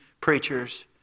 preachers